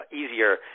easier